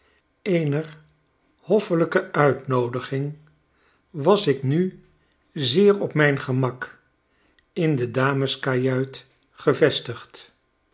eener hoffelijke uitnoodiging wasik nu zeer op mijn gemak in de dameskajuit gevestigd